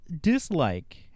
dislike